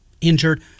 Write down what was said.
injured